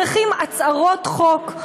צריכים הצהרות חוק.